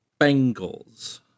Bengals